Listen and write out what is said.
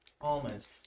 almonds